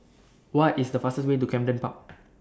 What IS The fastest Way to Camden Park